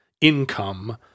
income